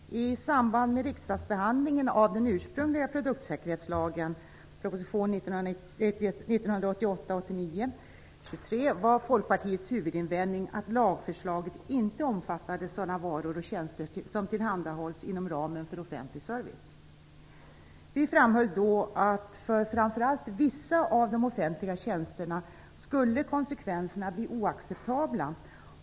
Fru talman! I samband med riksdagsbehandlingen av den ursprungliga produktsäkerhetslagen, proposition 1988/89:23, var Folkpartiets huvudinvändning att lagförslaget inte omfattade sådana varor och tjänster som tillhandahålls inom ramen för offentlig service. Vi framhöll då att framför allt för vissa av de offentliga tjänsterna skulle konsekvenserna bli oacceptabla.